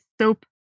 soap